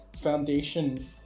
Foundation